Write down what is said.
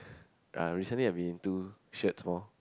uh recently I have been into shirts more